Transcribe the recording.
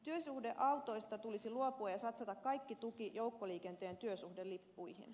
työsuhdeautoista tulisi luopua ja satsata kaikki tuki joukkoliikenteen työsuhdelippuihin